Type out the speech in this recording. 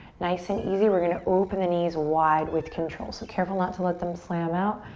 nice and easy we're gonna open the knees wide with control. so careful not to let them slam out.